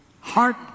heart